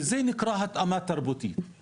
זה נקרא התאמה תרבותית.